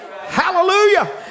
Hallelujah